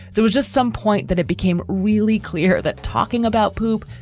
there was just some point that it became really clear that talking about poop,